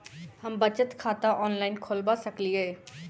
हम बचत खाता ऑनलाइन खोलबा सकलिये?